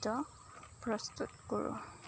প্ৰস্তুত কৰোঁ